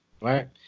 right